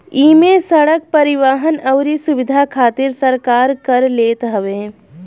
इमे सड़क, परिवहन अउरी सुविधा खातिर सरकार कर लेत हवे